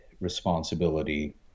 responsibility